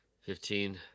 Fifteen